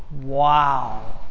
wow